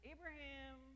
Abraham